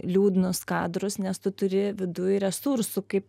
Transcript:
liūdnus kadrus nes tu turi viduj resursų kaip